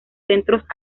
centros